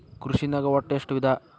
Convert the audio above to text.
ಕೃಷಿನಾಗ್ ಒಟ್ಟ ಎಷ್ಟ ವಿಧ?